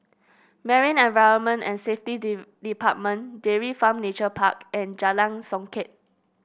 Marine Environment and Safety Department Dairy Farm Nature Park and Jalan Songket